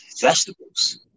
vegetables